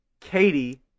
Katie